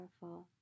powerful